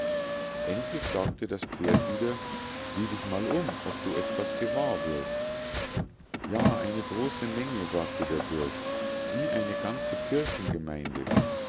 endlich sagte das pferd wieder sieh dich mal um ob du etwas gewahr wirst ja eine große menge sagte der bursch wie eine ganze